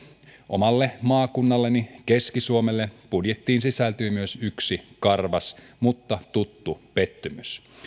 omalle maakunnalleni keski suomelle budjettiin sisältyy myös yksi karvas mutta tuttu pettymys